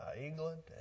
England